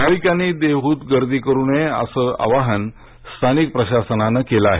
भाविकांनी देह्त गर्दी करू नये असे आवाहन स्थानिक प्रशासनाने केले आहे